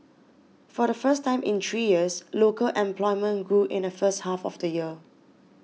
for the first time in three years local employment grew in the first half of the year